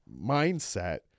mindset